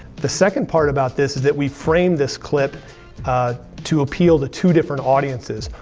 the second part about this is that we framed this clip to appeal to two different audiences.